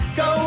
go